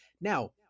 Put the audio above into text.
Now